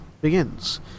begins